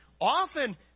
often